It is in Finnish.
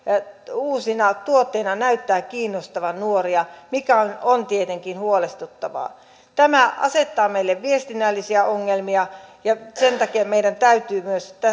uusina tuotteina näyttävät kiinnostavan nuoria mikä on tietenkin huolestuttavaa tämä asettaa meille viestinnällisiä ongelmia ja sen takia meidän täytyy myös